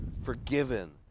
forgiven